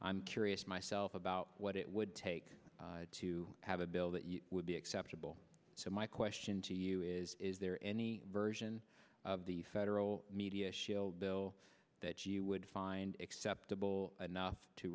i'm curious myself about what it would take to have a bill that would be acceptable so my question to you is is there any version of the federal media shield bill that you would find acceptable enough to